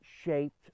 shaped